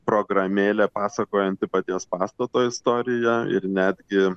programėlė pasakojanti paties pastato istoriją ir netgi